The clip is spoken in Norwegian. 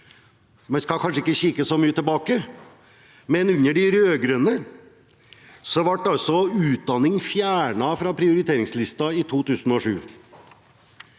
vi skal kanskje ikke kikke så mye tilbake, men under de rød-grønne ble utdanning fjernet fra prioriteringslisten i 2007.